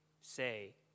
say